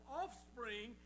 offspring